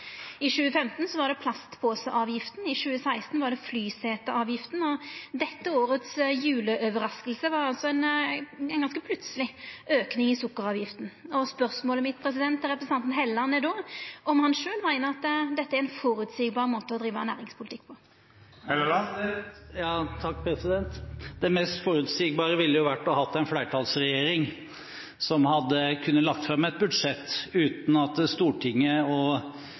I 2015 var det plastposeavgifta, i 2016 var det flyseteavgifta, og dette årets juleoverrasking var altså ein ganske plutseleg auke i sukkeravgifta. Spørsmålet mitt til representanten Helleland er då: Meiner han sjølv at dette er ein føreseieleg måte å driva næringspolitikk på? Nei, det mest forutsigbare ville vært å ha en flertallsregjering, som hadde kunnet lagt fram et budsjett uten at Stortinget